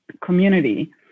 community